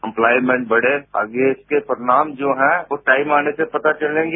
employment बढ़े और आगे इसके परिणाम जो हैं वो टाइम आने पर पता चलेगा